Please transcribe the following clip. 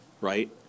right